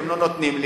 הם לא נותנים לי?